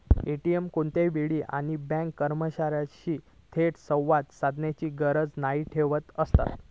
ATM कोणत्याही वेळी आणि बँक कर्मचार्यांशी थेट संवाद साधण्याची गरज न ठेवता असता